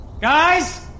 Guys